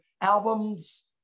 albums